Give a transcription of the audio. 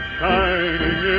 shining